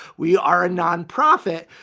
we are a nonprofit,